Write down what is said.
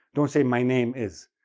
don't say my name is.